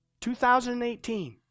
2018